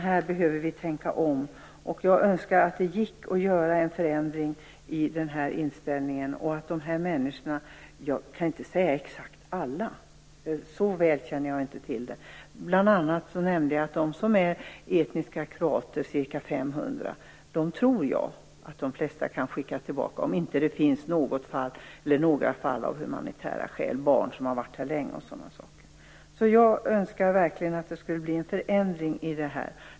Här behöver vi tänka om. Jag önskar att det gick att göra en förändring i inställningen, så att de här människorna kunde stanna. Jag kan inte säga exakt alla, så väl känner jag inte till detta. Jag nämnde bl.a. att de flesta av de ca 500 personer som är etniska kroater antagligen kan skickas tillbaka, om det inte finns några fall av humanitära skäl, barn som har varit här länge och sådana saker. Jag önskar verkligen att det skulle bli en förändring.